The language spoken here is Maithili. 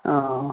हँ